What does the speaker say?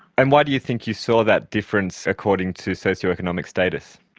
and why do you think you saw that difference according to socio-economic status?